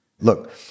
look